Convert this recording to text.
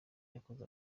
yakoze